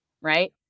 right